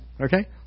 okay